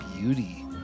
beauty